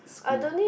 school